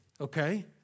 okay